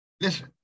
Listen